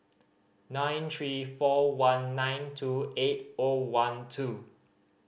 nine three four one nine two eight O one two